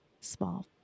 small